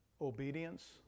obedience